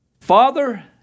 Father